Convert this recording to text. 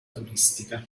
turistica